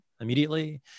immediately